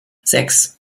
sechs